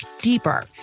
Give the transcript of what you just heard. deeper